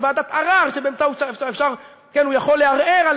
יש ועדת ערר שבה הוא יכול לערער על